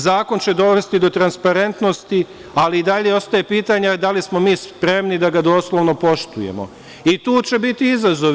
Zakon će dovesti do transparentnosti, ali i dalje ostaje pitanje da li smo mi spremni da ga doslovno poštujemo i tu će biti izazovi.